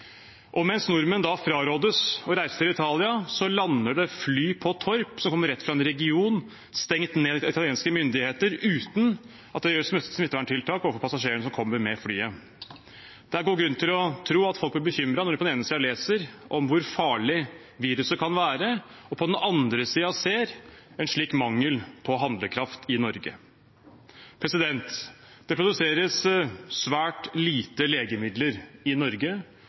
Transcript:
Mens nordmenn da frarådes å reise til Italia, lander det fly på Torp som kommer rett fra en region stengt ned av italienske myndigheter, uten at det gjøres smitteverntiltak overfor passasjerene som kommer med flyet. Det er god grunn til å tro at folk blir bekymret når de på den ene siden leser om hvor farlig viruset kan være, og på den andre siden ser en slik mangel på handlekraft i Norge. Det produseres svært lite legemidler i Norge.